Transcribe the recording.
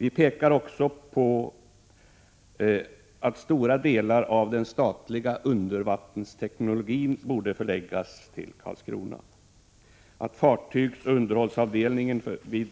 Vi pekar också på att stora delar av den statliga undervattensteknologin borde förläggas till Karlskrona, att fartygsoch underhållsavdelningen vid